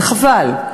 וזה חבל.